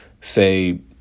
say